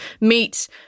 Meat